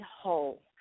whole